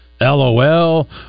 LOL